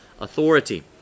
authority